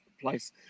place